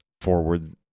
forward